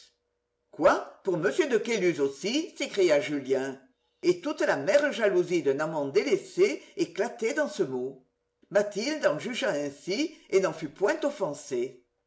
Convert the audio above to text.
quoi pour m de caylus aussi s'écria julien et toute l'amère jalousie d'un amant délaissé éclatait dans ce mot mathilde en jugea ainsi et n'en fut point offensée